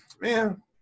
man